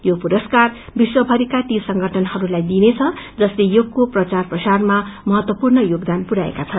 यो पुरसकार विश्वभरिका ती संगठनहरूलाई दिइनेछ जसले योगको प्रचार प्रसारमा महत्वपूर्ण योगदान दिएका छन्